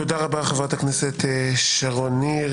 תודה רבה לחברת הכנסת שרון ניר.